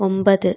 ഒമ്പത്